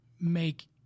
make